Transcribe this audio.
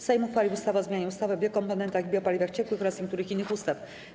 Sejm uchwalił ustawę o zmianie ustawy o biokomponentach i biopaliwach ciekłych oraz niektórych innych ustaw.